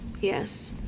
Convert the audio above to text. Yes